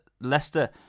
Leicester